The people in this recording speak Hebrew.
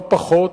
לא פחות